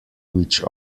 which